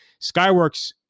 Skyworks